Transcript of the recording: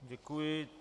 Děkuji.